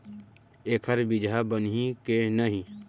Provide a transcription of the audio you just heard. एखर बीजहा बनही के नहीं?